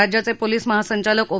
राज्याचे पोलीस महासंचालक ओ